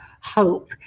hope